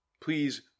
Please